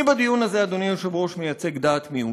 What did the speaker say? בדיון הזה, אדוני היושב-ראש, אני מייצג דעת מיעוט,